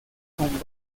con